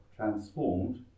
transformed